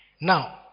Now